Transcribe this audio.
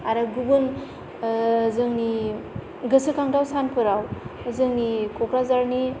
गुबुन जोंनि गोसोखांथाव सानफ्राव जोंनि क'क्राझारनि